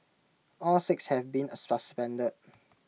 all six have been suspended